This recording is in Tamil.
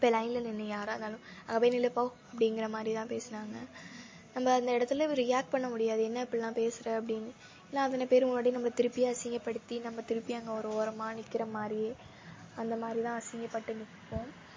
போய் லைனில் நின்று யாராக இருந்தாலும் அங்கே போய் நில்லு போ அப்படிங்கிற மாதிரி தான் பேசுனாங்க நம்ப அந்த இடத்துல ஒரு ரியாக்ட் பண்ண முடியாது என்ன இப்புடிலாம் பேசுகிற அப்படின்னு இல்லை அத்தனை பேர் முன்னாடி நம்மளை திருப்பி அசிங்கப்படுத்தி நம்ம திருப்பியும் அங்கே ஒரு ஓரமாக நிற்கிற மாதிரி அந்த மாதிரிலாம் அசிங்கப்பட்டு நிற்போம்